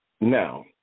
Now